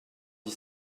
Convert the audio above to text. dix